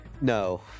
no